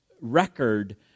record